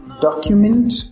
document